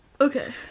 okay